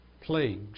plagues